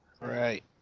Right